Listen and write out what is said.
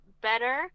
better